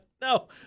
no